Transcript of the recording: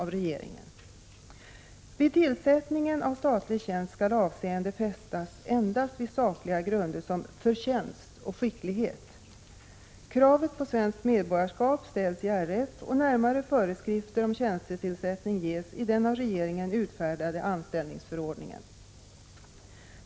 Vid tillsättning av statlig tjänst skall avseende fästas endast vid sakliga grunder som förtjänst och skicklighet. Kravet på svenskt medborgarskap ställs i regeringsformen, och närmare föreskrifter om tjänstetillsättning ges i den av regeringen utfärdade anställningsförordningen.